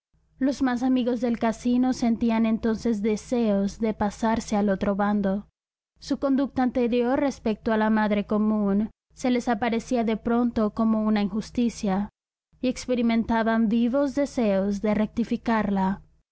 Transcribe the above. los más amigos del casino sentían entonces deseos de pasarse al otro bando su conducta anterior respecto a la madre común se les aparecía de pronto como una injusticia y experimentaban vivos deseos de rectificarla